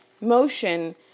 motion